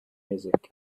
music